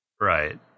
Right